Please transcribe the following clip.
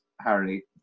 Harry